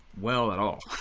well at all.